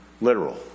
literal